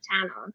channel